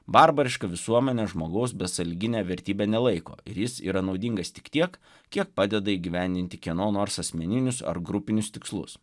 barbariška visuomenė žmogaus besąlygine vertybe nelaiko ir jis yra naudingas tik tiek kiek padeda įgyvendinti kieno nors asmeninius ar grupinius tikslus